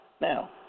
Now